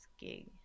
gig